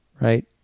Right